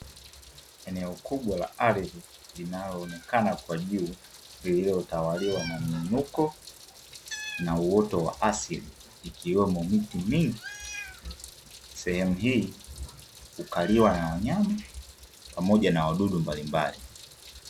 Eneo kubwa la ardhi linaloonekana kwa juu lililotawaliwa na miinuko na uoto wa asili, ikiwemo miti mingi. Sehemu hii hukaliwa na wanyama, pamoja na wadudu mbalimbali.